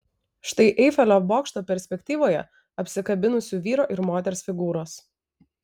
štai eifelio bokšto perspektyvoje apsikabinusių vyro ir moters figūros